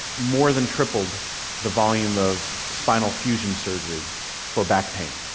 more than tripled the volume of spinal fusion surgery for back pain,